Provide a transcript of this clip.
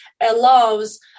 allows